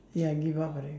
ya give up already